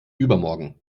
übermorgen